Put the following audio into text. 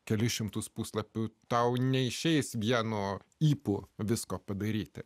kelis šimtus puslapių tau neišeis vieno ypu visko padaryti